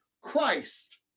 Christ